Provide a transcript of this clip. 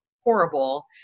horrible